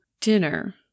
dinner